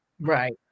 right